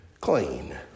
clean